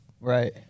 Right